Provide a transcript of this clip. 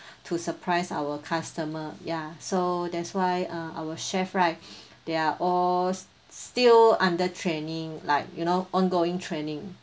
to surprise our customer ya so that's why uh our chef right they are all still under training like you know on going training